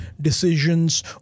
decisions